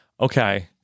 okay